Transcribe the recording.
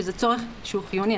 כשזה צורך שהוא חיוני.